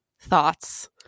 Thoughts